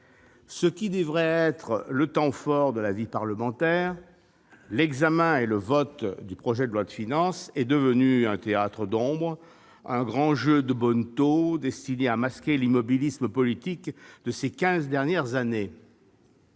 Ce qui devrait être le temps fort de la vie parlementaire, c'est-à-dire l'examen et le vote du projet de loi de finances, est devenu un théâtre d'ombres, un grand jeu de bonneteau destiné à masquer l'immobilisme politique de ces quinze dernières années.